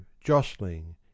jostling